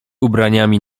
ubraniami